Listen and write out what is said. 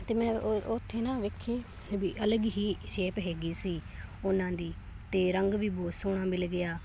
ਅਤੇ ਮੈਂ ਓ ਉੱਥੇ ਨਾ ਵੇਖੀ ਵੀ ਅਲੱਗ ਹੀ ਸ਼ੇਪ ਹੈਗੀ ਸੀ ਉਹਨਾਂ ਦੀ ਅਤੇ ਰੰਗ ਵੀ ਬਹੁਤ ਸੋਹਣਾ ਮਿਲ ਗਿਆ